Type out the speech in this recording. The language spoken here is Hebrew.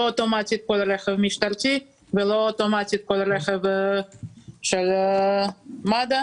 אוטומטית כל רכב משטרתי ולא אוטומטית כל רכב של מד"א,